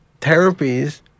therapies